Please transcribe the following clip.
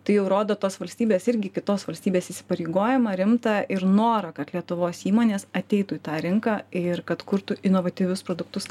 tai jau rodo tos valstybės irgi kitos valstybės įsipareigojimą rimtą ir norą kad lietuvos įmonės ateitų į tą rinką ir kad kurtų inovatyvius produktus